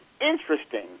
interesting